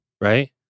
right